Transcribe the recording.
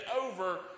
over